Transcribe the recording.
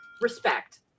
Respect